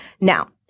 Now